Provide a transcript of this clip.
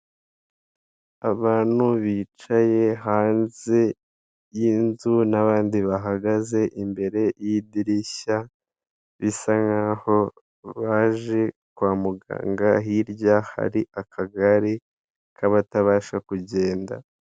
Abantu bicaye hanze y'inzu n'abandi bahagaze imbere y'idirishya bisa nkaho baje kwa muganga, hirya hari akagare k'abatabasha kugenda.